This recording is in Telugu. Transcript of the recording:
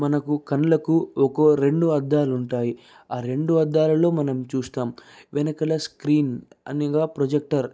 మనకు కళ్ళకు ఒక రెండు అద్దాలు ఉంటాయి ఆ రెండు అద్దాలలో మనం చూస్తాం వెనకాల స్క్రీన్ అనగా ప్రొజెక్టర్